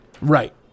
Right